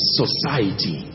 society